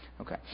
okay